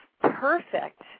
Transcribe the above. perfect